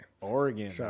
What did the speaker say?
Oregon